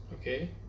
okay